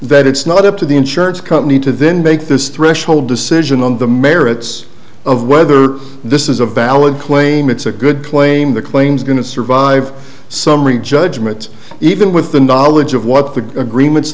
that it's not up to the insurance company to then make this threshold decision on the merits of whether this is a valid claim it's a good claim the claims going to survive summary judgment even with the knowledge of what the agreements